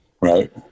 Right